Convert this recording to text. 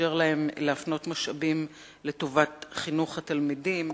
לאפשר להם להפנות משאבים לטובת חינוך התלמידים,